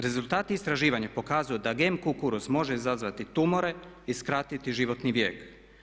Rezultati istraživanja pokazuju da GM kukuruz može izazvati tumore i skratiti životni vijek.